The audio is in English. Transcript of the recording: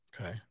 Okay